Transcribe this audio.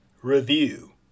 review